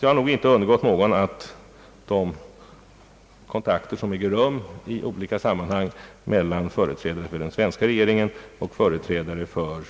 Det har nog inte undgått någon att de kontakter som äger rum i olika sammanhang mellan företrädare för den svenska regeringen och företrädare för